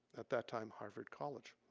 at that time harvard college.